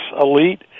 Elite